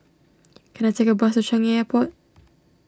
can I take a bus to Changi Airport